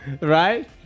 right